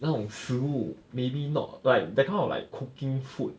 那种食物 maybe not like that kind of like cooking food